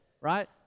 right